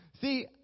See